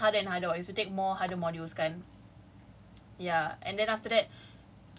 you naik year three year four it gets harder and harder [what] you have to take harder modules kan